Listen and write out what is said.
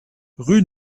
rue